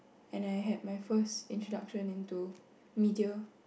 and I had my first introduction into media